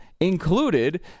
included